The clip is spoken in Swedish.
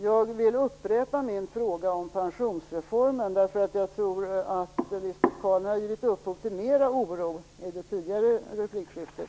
Jag skall upprepa min fråga om pensionsreformen. Jag tror nämligen att Lisbet Calner har givit upphov till mer oro i det tidigare replikskiftet.